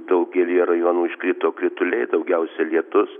daugelyje rajonų iškrito krituliai daugiausia lietus